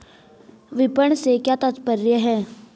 विपणन से क्या तात्पर्य है?